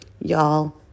y'all